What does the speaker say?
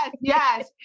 yes